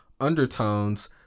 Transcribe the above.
undertones